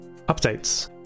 Updates